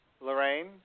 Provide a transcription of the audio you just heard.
Lorraine